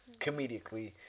comedically